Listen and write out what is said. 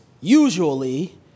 usually